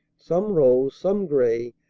some rose, some gray,